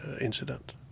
incident